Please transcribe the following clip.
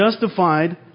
justified